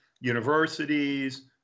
universities